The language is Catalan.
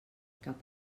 cap